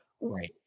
Right